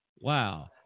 Wow